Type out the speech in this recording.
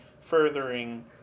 furthering